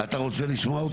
אני משלם כסף.